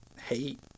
hate